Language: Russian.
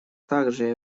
также